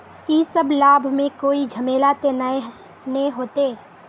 इ सब लाभ में कोई झमेला ते नय ने होते?